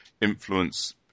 influence